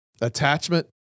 Attachment